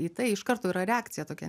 į tai iš karto yra reakcija tokia